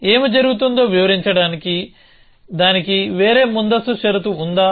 ఏమి జరుగుతుందో వివరించడానికి దానికి వేరే ముందస్తు షరతు ఉందా